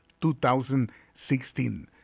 2016